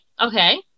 okay